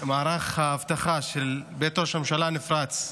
מערך האבטחה של בית ראש הממשלה נפרץ,